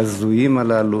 ההזויים הללו,